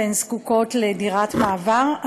והן זקוקות לדירת מעבר,